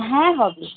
হ্যাঁ হবে